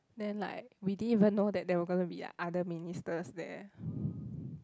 then like we didn't even know that there were gonna be like other ministers there